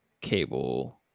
Cable